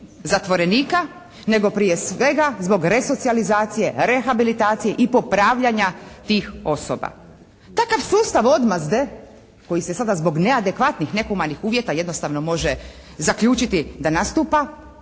zatvorenika nego prije svega zbog resocijalizacije, rehabilitacije i popravljanja tih osoba. Takav sustav odmazde koji se sada zbog neadekvatnih, nehumanih uvjeta jednostavno može zaključiti da nastupa,